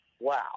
Wow